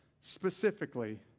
specifically